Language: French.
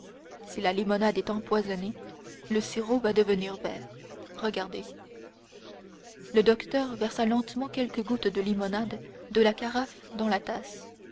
si la limonade est empoisonnée le sirop va devenir vert regardez le docteur versa lentement quelques gouttes de limonade de la carafe dans la tasse